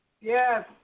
Yes